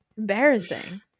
embarrassing